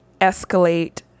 escalate